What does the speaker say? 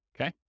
Okay